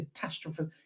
catastrophic